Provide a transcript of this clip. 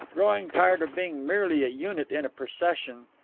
growing tired of being merely a unit in a procession,